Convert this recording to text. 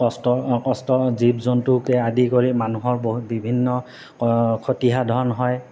কষ্ট কষ্ট জীৱ জন্তুকে আদি কৰি মানুহৰ বহুত বিভিন্ন ক্ষতিসাধন হয়